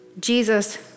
Jesus